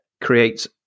creates